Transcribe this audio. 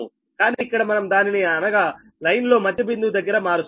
కానీ ఇక్కడ మనం దానిని అనగా లైన్ లో మధ్య బిందువు దగ్గర మారుస్తారు